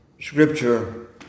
scripture